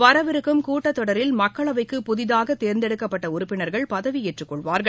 வரவிருக்கும் கூட்டத்தொடரில் மக்களவைக்கு புதிதாக தேர்ந்தெடுக்கப்பட்ட உறுப்பினர்கள் பதவியேற்றக் கொள்வார்கள்